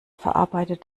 verarbeitet